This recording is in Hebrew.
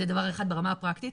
זה דבר אחד ברמה הפרקטית.